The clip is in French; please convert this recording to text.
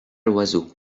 l’oiseau